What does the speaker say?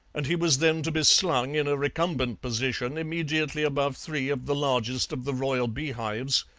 and he was then to be slung in a recumbent position immediately above three of the largest of the royal beehives,